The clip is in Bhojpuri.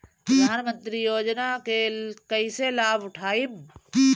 प्रधानमंत्री योजना के कईसे लाभ उठाईम?